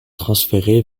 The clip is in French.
transféré